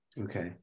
okay